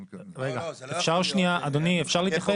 רגע, אפשר שנייה, אדוני, אפשר להתייחס.